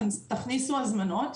תכניסו הזמנות,